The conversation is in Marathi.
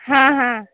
हां हां